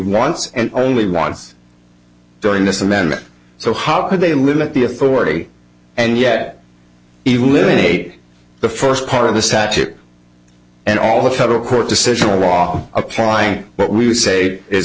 once and only once during this amendment so how could they limit the authority and yet even live eight the first part of the statute and all the federal court decision a law applying what we would say is